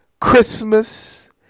Christmas